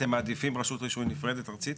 אתם מעדיפים רשות רישוי נפרדת ארצית?